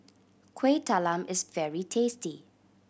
Kueh Talam is very tasty